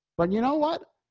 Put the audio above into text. but you know what,